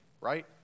right